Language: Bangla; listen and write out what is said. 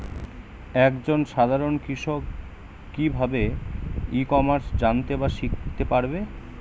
এক জন সাধারন কৃষক কি ভাবে ই কমার্সে জানতে বা শিক্ষতে পারে?